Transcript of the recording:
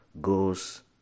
goes